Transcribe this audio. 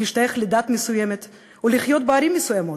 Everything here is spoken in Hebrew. להשתייך לדת מסוימת או לחיות בערים מסוימות,